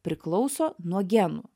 priklauso nuo genų